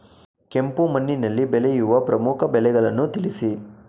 ಕೆಂಪು ಮಣ್ಣಿನಲ್ಲಿ ಬೆಳೆಯುವ ಪ್ರಮುಖ ಬೆಳೆಗಳನ್ನು ತಿಳಿಸಿ?